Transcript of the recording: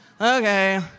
okay